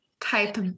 Type